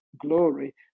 glory